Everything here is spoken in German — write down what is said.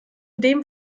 dem